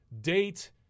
Date